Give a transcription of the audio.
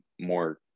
more